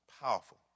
powerful